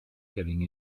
getting